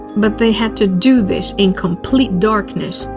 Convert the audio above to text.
but they had to do this in complete darkness,